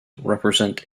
represent